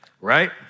right